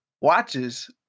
watches